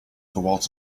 toward